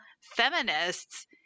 feminists –